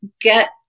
get